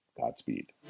Godspeed